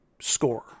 score